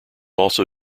also